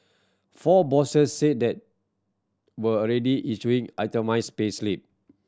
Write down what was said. four bosses said that were already issuing itemised payslip